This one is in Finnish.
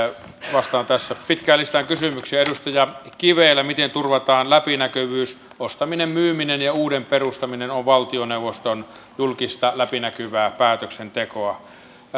vastaan tässä pitkään listaan kysymyksiä edustaja kivelä kysyi miten turvataan läpinäkyvyys ostaminen myyminen ja uuden perustaminen on valtioneuvoston julkista läpinäkyvää päätöksentekoa